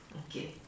okay